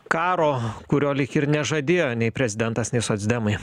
karo kurio lyg ir nežadėjo nei prezidentas nei socdemai